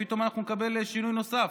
פתאום נקבל שינוי נוסף,